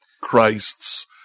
christ's